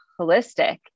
holistic